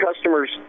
customers